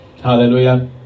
hallelujah